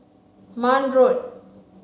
Marne Road